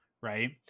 Right